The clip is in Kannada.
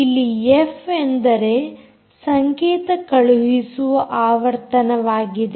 ಇಲ್ಲಿ ಎಫ್ ಅಂದರೆ ಸಂಕೇತ ಕಳುಹಿಸುವ ಆವರ್ತನವಾಗಿದೆ